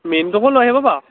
মিণ্টুকো লৈ আহিব পাৰ